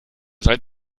seit